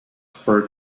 fur